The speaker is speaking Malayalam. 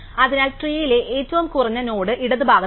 അതിനാൽ ട്രീയിലെ ഏറ്റവും കുറഞ്ഞ നോഡ് ഇടതുഭാഗത്താണ്